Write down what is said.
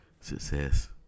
success